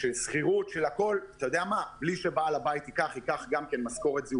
ושל חשבונות ובלי שבעל הבית ייקח משכורת.